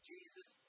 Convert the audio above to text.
Jesus